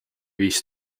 viis